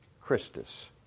Christus